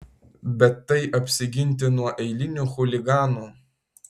bet tai apsiginti nuo eilinių chuliganų